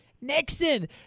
Nixon